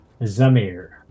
Zamir